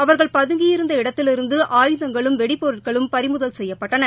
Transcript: அவர்கள் பதுங்கி இருந்த இடத்திலிருந்து ஆயுதங்களும் வெடிப்பொருட்களும் பறிமுதல் செய்யப்பட்டன